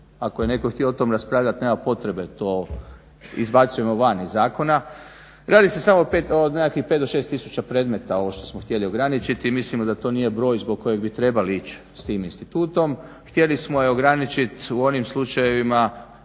ako je netko htio o tom raspravljat, nema potrebe, to izbacujemo van iz zakona. Radi se samo o nekakvih 5-6 tisuća predmeta ovo što smo htjeli ograničiti i mislimo da to nije broj zbog kojeg bi trebali ići s tim institutom. Htjeli smo je ograničit u onim slučajevima